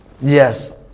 Yes